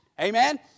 amen